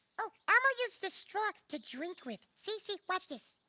ah um ah use the straw to drink with. see, see, watch this.